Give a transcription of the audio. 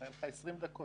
היו לך 20 דקות.